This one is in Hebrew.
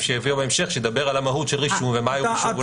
שיביאו בהמשך שידבר על המהות של רישום --- אתה